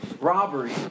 robbery